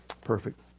Perfect